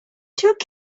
took